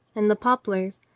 and the poplars,